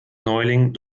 neuling